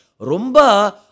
Rumba